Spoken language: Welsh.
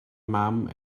mam